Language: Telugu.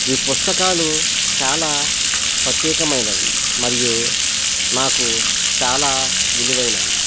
ఈ పుస్తకాలు చాలా ప్రత్యేకమైనవి మరియు నాకు చాలా విలువైనవి